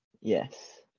Yes